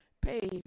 pay